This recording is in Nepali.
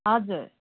हजुर